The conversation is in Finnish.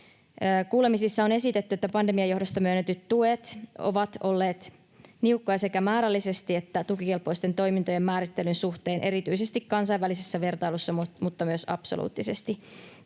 Kuulemisissa on esitetty, että pandemian johdosta myönnetyt tuet ovat olleet niukkoja sekä määrällisesti että tukikelpoisten toimintojen määrittelyn suhteen erityisesti kansainvälisessä vertailussa mutta myös absoluuttisesti.